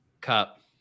Cup